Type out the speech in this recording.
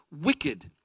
wicked